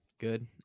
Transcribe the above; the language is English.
Good